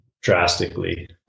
drastically